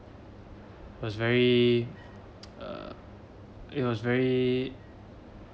was very err it was very